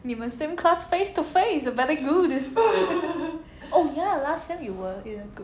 你们 same class face to face very good oh ya last sem you were in the